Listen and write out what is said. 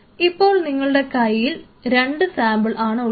ഇപ്പോൾ നിങ്ങളുടെ കയ്യിൽ രണ്ട് സാമ്പിൾ ആണ് ഉള്ളത്